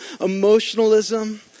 emotionalism